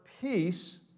peace